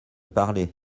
parler